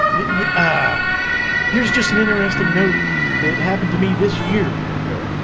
yeah ah here's just an interesting note that happened to me this year, okay?